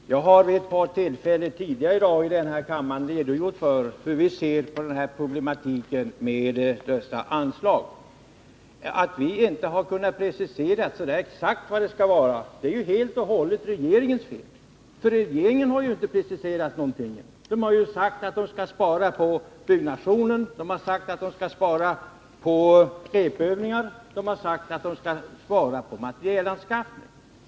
Herr talman! Jag har vid ett par tillfällen tidigare i dag här i kammaren redogjort för hur vi ser på problematiken med dessa anslag. Att vi inte har kunnat precisera oss exakt är helt och hållet regeringens fel, eftersom regeringen inte har preciserat någonting, utan bara sagt att man skall spara på byggnation, repetitionsövningar och materielanskaffning.